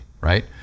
right